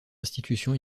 institution